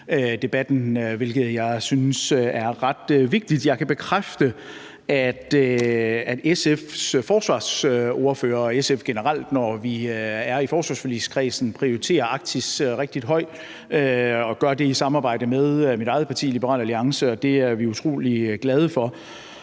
Jeg kan bekræfte, at SF's forsvarsordfører og SF generelt, når vi er i forsvarsforligskredsen, prioriterer Arktis rigtig højt og gør det i samarbejde med mit eget parti, Liberal Alliance. Det er vi utrolig glade for.